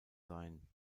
sein